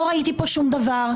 לא ראיתי פה שום דבר.